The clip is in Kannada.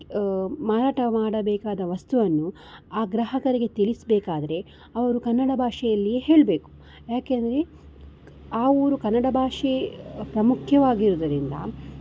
ಮಾರಾಟ ಮಾಡಬೇಕಾದ ವಸ್ತುವನ್ನು ಆ ಗ್ರಾಹಕರಿಗೆ ತಿಳಿಸಬೇಕಾದ್ರೆ ಅವರು ಕನ್ನಡ ಭಾಷೆಯಲ್ಲಿಯೇ ಹೇಳಬೇಕು ಯಾಕೆ ಅಂದರೆ ಆ ಊರು ಕನ್ನಡ ಭಾಷೆ ಪ್ರಮುಖವಾಗಿರೋದರಿಂದ